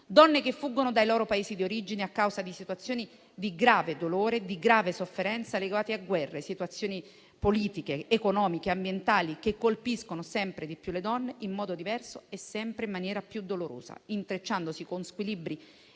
donne che fuggono dai loro Paesi di origine a causa di situazioni di grave dolore e di grave sofferenza legate a guerre, situazioni politiche, economiche, ambientali, che colpiscono sempre di più le donne in modo diverso e in maniera sempre più dolorosa, intrecciandosi con squilibri,